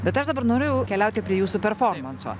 bet aš dabar noriu jau keliauti prie jūsų performanso